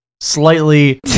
slightly